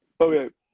Okay